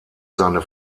seine